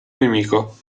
nemico